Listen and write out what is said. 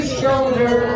shoulder